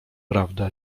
prawda